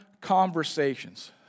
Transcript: conversations